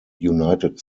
united